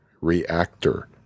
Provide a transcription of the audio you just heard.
Reactor